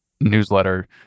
newsletter